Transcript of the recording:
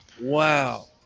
Wow